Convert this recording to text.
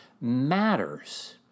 matters